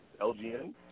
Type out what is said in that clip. Lgn